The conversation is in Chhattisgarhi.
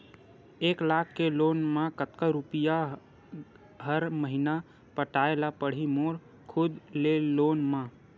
एक लाख के लोन मा कतका रुपिया हर महीना पटाय ला पढ़ही मोर खुद ले लोन मा?